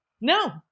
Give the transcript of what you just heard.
No